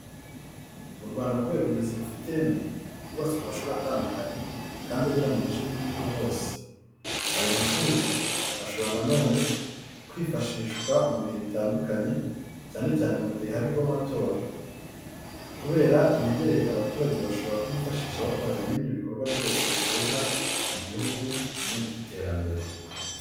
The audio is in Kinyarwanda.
Mu Rwanda kubera uburezi bufite ireme, hubatswe amashuri atandukanye kandi agera mu bice by'igihugu hose. Ayo mashuri ashobora na none kwifashishwa mu bihe bitandukanye, cyane cyane mu igihe hari kuba amatora. Kubera yegereye abaturage bashobora kuyifashisha bakora ibindi bikorwa byose biteza igihugu mu iterambere.